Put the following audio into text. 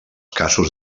casos